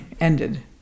ended